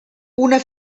una